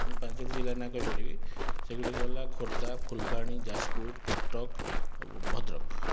ମୁଁ ପାଞ୍ଚୋଟି ଜିଲ୍ଲାର ନାଁ କହିପାରିବି ସେଗୁଡ଼ିକ ହେଲା ଖୋର୍ଦ୍ଧା ଫୁଲବାଣୀ ଯାଜପୁର କଟକ ଆଉ ଭଦ୍ରକ